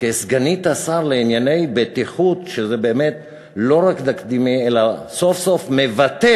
לסגנית השר לענייני בטיחות זה לא רק תקדימי אלא סוף-סוף מבטא